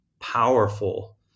powerful